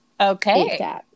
Okay